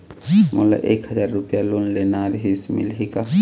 मोला एक हजार रुपया लोन लेना रीहिस, मिलही का?